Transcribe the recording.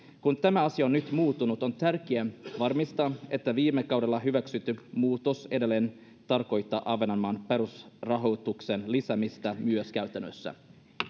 kun tämä asia on nyt muuttunut on tärkeää varmistaa että viime kaudella hyväksytty muutos edelleen tarkoittaa ahvenanmaan perusrahoituksen lisäämistä myös käytännössä